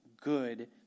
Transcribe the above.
good